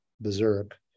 berserk